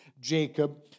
Jacob